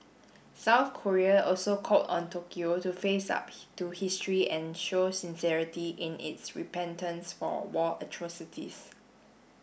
South Korea also called on Tokyo to face up to history and show sincerity in its repentance for war atrocities